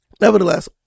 nevertheless